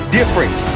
different